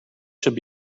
should